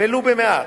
ולו במעט,